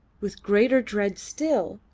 with greater dread still,